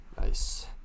Nice